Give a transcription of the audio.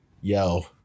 yo